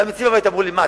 גם בבית אמרו לי: מה,